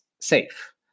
safe